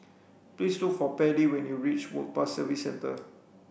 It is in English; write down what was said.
please look for Pairlee when you reach Work Pass Services Centre